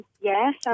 Yes